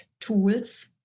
tools